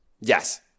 Yes